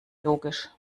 logisch